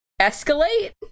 escalate